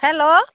hello